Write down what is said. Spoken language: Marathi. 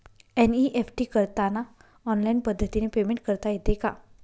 एन.ई.एफ.टी करताना ऑनलाईन पद्धतीने पेमेंट करता येते का?